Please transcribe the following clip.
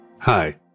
Hi